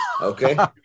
okay